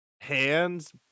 hands